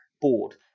board